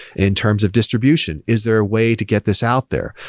in terms of distribution, is there way to get this out there?